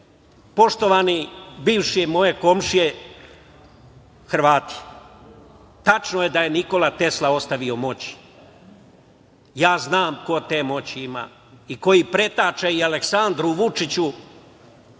sve. Poštovane bivše moje komšije Hrvati, tačno je da je Nikola Tesla ostavio moći. Ja znam ko te moći ima i ko ih pretače i Aleksandru Vučiću